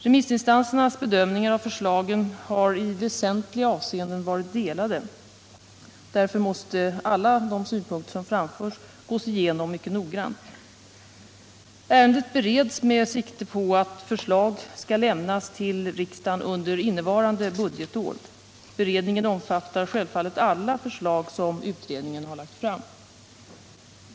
Remissinstansernas bedömningar av förslagen har i väsentliga avseenden varit delade. Därför måste alla de synpunkter som framförts gås igenom mycket noggrant. Ärendet bereds med sikte på att förslag skall lämnas till riksdagen under innevarande budgetår. Beredningen omfattar självfallet alla förslag som utredningen lagt fram.